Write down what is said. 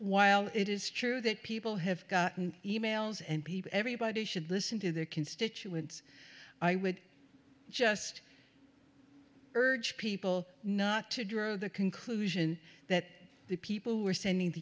while it is true that people have gotten e mails and everybody should listen to their constituents i would just urge people not to draw the conclusion that the people who are sending